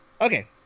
Okay